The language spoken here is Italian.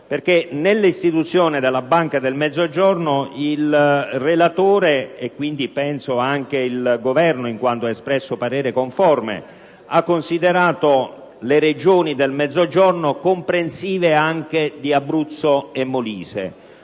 nell'istituzione della Banca del Sud il relatore, e quindi penso anche il Governo in quanto ha espresso parere conforme, ha considerato le Regioni del Mezzogiorno comprensive anche di Abruzzo e Molise.